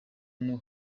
naho